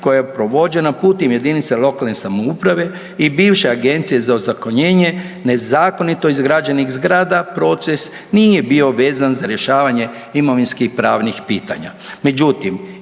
koja je provođena putem jedinica lokalne samouprave i bivše Agencije za ozakonjenje nezakonito izgrađenih zgrada proces nije bio vezan za rješavanje imovinsko pravnih pitanja.